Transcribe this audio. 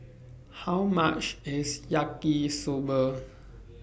How much IS Yaki Soba